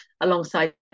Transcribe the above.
alongside